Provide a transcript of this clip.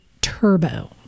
Turbo